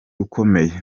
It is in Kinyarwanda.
ukomeye